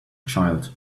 child